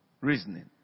reasoning